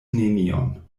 nenion